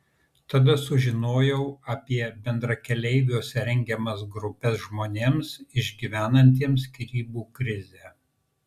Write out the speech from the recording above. tada sužinojau apie bendrakeleiviuose rengiamas grupes žmonėms išgyvenantiems skyrybų krizę